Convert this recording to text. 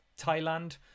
Thailand